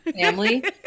family